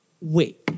wait